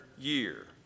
year